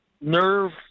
Nerve